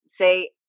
say